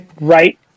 right